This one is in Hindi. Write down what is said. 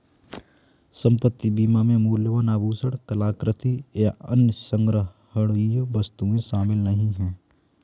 संपत्ति बीमा में मूल्यवान आभूषण, कलाकृति, या अन्य संग्रहणीय वस्तुएं शामिल नहीं हैं